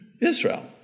Israel